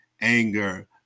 anger